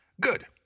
Good